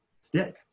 stick